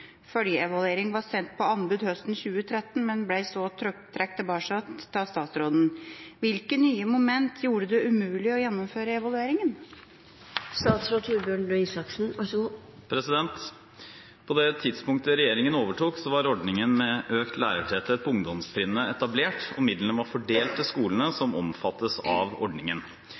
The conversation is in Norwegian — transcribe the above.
Følgeevaluering var sendt på anbud høsten 2013, men ble så trukket tilbake av statsråden. Hvilke nye moment gjorde det umulig å gjennomføre evalueringen?» På det tidspunktet regjeringen overtok, var ordningen med økt lærertetthet på ungdomstrinnet etablert, og midlene var fordelt til skolene som omfattes av ordningen.